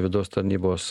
vidaus tarnybos